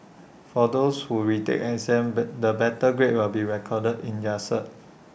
for those who retake exam but the better grade will be recorded in their cert